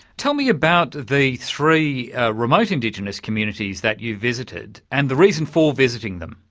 tell me about the three remote indigenous communities that you visited and the reason for visiting them.